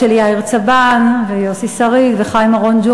של יאיר צבן ויוסי שריד וחיים אורון,